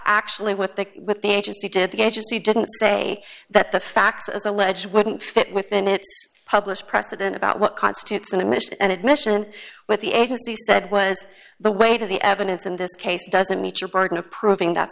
actually what the with the agency did the agency didn't say that the facts as alleged wouldn't fit within it published precedent about what constitutes and i missed an admission with the agency said was the weight of the evidence in this case doesn't meet your burden of proving that